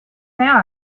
now